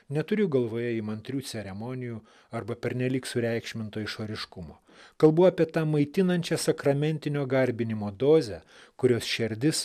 neturiu galvoje įmantrių ceremonijų arba pernelyg sureikšminto išoriškumo kalbu apie tą maitinančią sakramentinio garbinimo dozę kurios šerdis